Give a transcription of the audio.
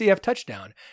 touchdown